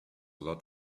lot